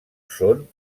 són